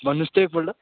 भन्नुहोस् त एकपल्ट